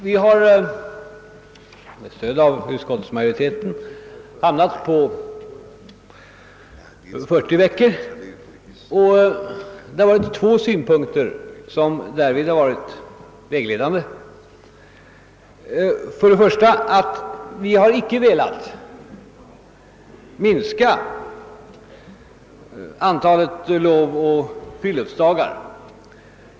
Vi har — och utskottsmajoriteten stöder oss därvidlag — stannat för 40 veckor. Två synpunkter har härvid varit vägledande. Först och främst har vi inte velat minska antalet lovoch friluftsdagar.